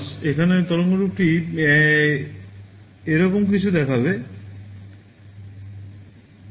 এখানে তরঙ্গরূপটি এরকম কিছু দেখাবে